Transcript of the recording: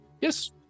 Yes